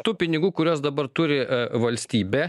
tų pinigų kuriuos dabar turi valstybė